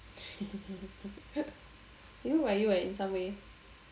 he look like you eh in some way